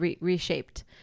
reshaped